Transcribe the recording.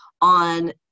on